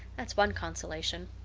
that's one consolation.